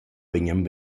vegnan